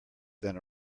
than